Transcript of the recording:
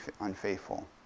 unfaithful